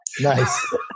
Nice